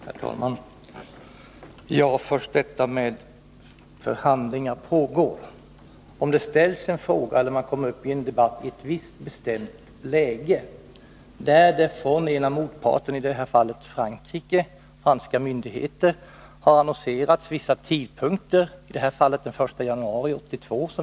Herr talman! Först några ord om detta med att överläggningar pågår. Det kan ju ställas en fråga, och man kan komma upp ii en debatt i ett visst läge. En av motparterna — i det här fallet franska myndigheter — kan då ha annonserat vissa tidpunkter som anses viktiga när det gäller de kontrakt som ingåtts.